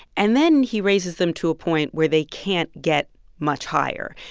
and then he raises them to a point where they can't get much higher.